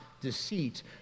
deceit